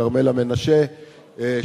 כרמלה מנשה,